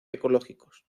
ecológicos